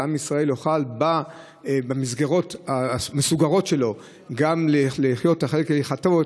ועם ישראל יוכל במסגרות המסוגרות שלו גם לחגוג את החג הזה כהלכתו,